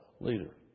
leader